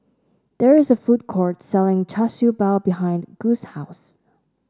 there is a food court selling Char Siew Bao behind Gus' house